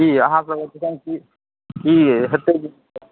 की अहाँ सब एगदम की हेतय की नहि हेतय